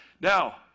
Now